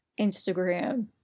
Instagram